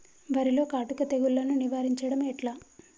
వరిలో కాటుక తెగుళ్లను నివారించడం ఎట్లా?